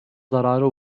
zarara